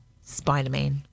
Spider-Man